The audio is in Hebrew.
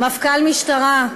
מפכ"ל משטרה,